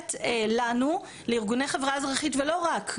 שמאפשרת לנו לארגוני חברה אזרחית ולא רק,